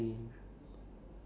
ya true